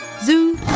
Zoo